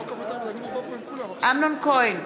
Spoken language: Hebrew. נגד אמנון כהן,